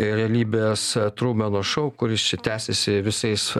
realybės trumeno šou kuris čia tęsėsi visais